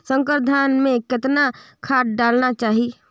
संकर धान मे कतना खाद डालना चाही?